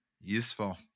Useful